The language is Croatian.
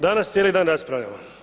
Danas cijeli dan raspravljamo.